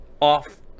off